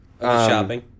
Shopping